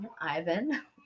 Ivan